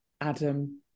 Adam